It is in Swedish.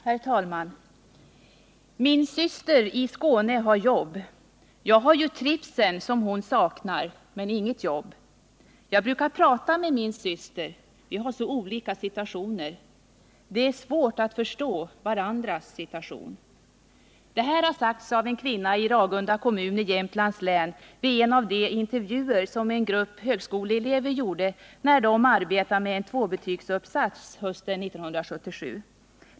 Herr talman! ”Min syster i Skåne har jobb. Jag har ju trivseln som hon saknar, men inget jobb. Jag brukar prata med min syster, vi har så olika situationer. Det är svårt att förstå varandras situation.” Det här har sagts av en kvinna i Ragunda kommun i Jämtlands län vid en av de intervjuer som en grupp högskoleelever gjorde när de arbetade med en tvåbetygsuppsats hösten 1977.